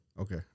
Okay